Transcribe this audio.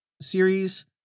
series